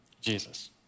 Jesus